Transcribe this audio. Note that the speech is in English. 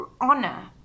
honor